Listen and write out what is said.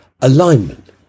Alignment